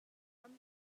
ram